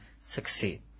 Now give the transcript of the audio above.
succeed